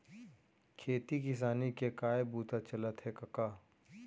खेती किसानी के काय बूता चलत हे कका?